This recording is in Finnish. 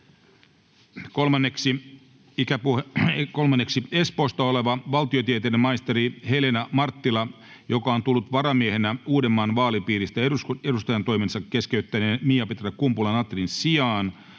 Content: Espoosta oleva valtiotieteiden maisteri Helena Marttila, joka on tullut varamiehenä Uudenmaan vaalipiiristä edustajantoimensa keskeyttäneen Miapetra Kumpula-Natrin sijaan,